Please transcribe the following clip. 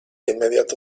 inmediato